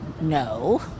no